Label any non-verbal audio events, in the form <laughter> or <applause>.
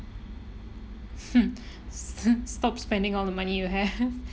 mm <laughs> stop spending all the money you have <laughs>